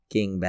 King